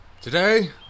Today